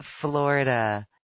Florida